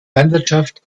landwirtschaft